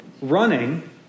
running